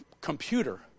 computer